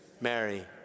Mary